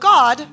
God